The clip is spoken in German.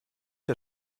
der